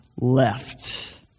left